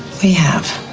have.